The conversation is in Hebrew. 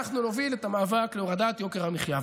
אנחנו נוביל את המאבק להורדת יוקר המחיה.